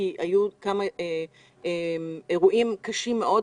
כי היו כמה אירועים קשים מאוד,